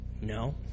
No